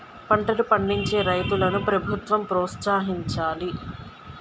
పంటలు పండించే రైతులను ప్రభుత్వం ప్రోత్సహించాలి